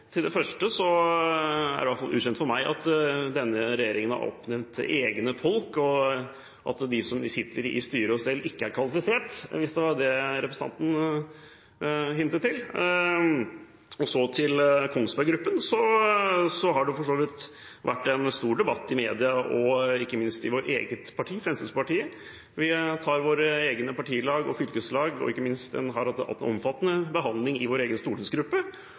Til det første: Det er i hvert fall ukjent for meg at denne regjeringen har oppnevnt egne folk, og at de som sitter i styre og stell, ikke er kvalifisert, hvis det var det representanten hintet til. Så til Kongsberg Gruppen: Det har for så vidt vært en stor debatt i media, og ikke minst i vårt eget parti, Fremskrittspartiet. Vi tar med våre egne partilag og fylkeslag, og ikke minst har vi hatt en omfattende behandling i vår egen stortingsgruppe,